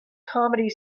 comedy